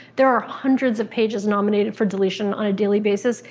there are hundreds of pages nominated for deletion on a daily basis.